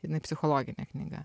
jinai psichologinė knyga